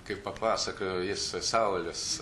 kaip papasakojo jis saulius